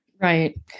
Right